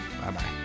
Bye-bye